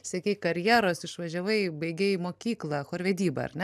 siekei karjeros išvažiavai baigei mokyklą chorvedybą ar ne